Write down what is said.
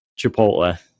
Chipotle